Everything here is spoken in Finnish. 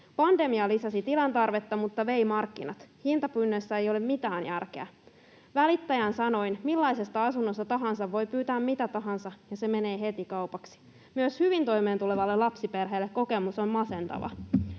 Pandemia lisäsi tilantarvetta mutta vei markkinat. Hintapyynnöissä ei ole mitään järkeä. Välittäjän sanoin: millaisesta asunnosta tahansa voi pyytää mitä tahansa, ja se menee heti kaupaksi. Myös hyvin toimeentulevalle lapsiperheelle kokemus on masentava.”